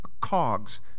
cogs